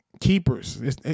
keepers